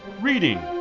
Reading